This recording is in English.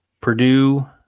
Purdue